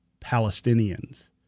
Palestinians